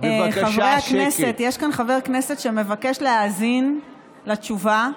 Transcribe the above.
חברי הכנסת, יש כאן חבר כנסת שמבקש להאזין לתשובה.